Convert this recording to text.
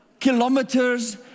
kilometers